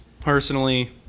personally